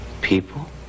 People